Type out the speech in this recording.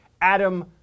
Adam